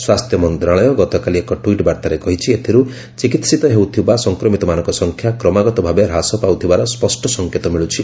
ସ୍ୱାସ୍ଥ୍ୟ ମନ୍ତ୍ରଣାଳୟ ଗତକାଲି ଏକ ଟ୍ୱିଟ୍ ବାର୍ତ୍ତାରେ କହିଛି ଏଥିରୁ ଚିକିିିିତ ହେଉଥିବା ସଂକ୍ରମିତମାନଙ୍କ ସଂଖ୍ୟା କ୍ରମାଗତ ଭାବେ ହ୍ରାସ ପାଉଥିବାର ସ୍ୱଷ୍ଟ ସଂକେତ ମିଳୁଛି